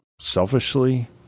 selfishly